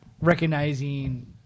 recognizing